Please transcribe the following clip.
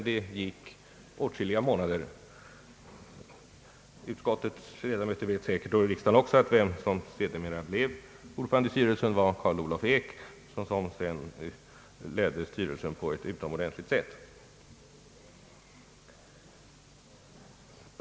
Det gick åtskilliga månader, men utskottets ledamöter vet — säkert också riksdagens övriga ledamöter — att den som sedermera blev ordförande i styrelsen var Carl Olof Ek, vilken sedan ledde styrelsen på ett utomordentligt sätt.